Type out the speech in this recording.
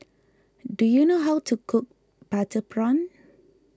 do you know how to cook Butter Prawn